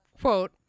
quote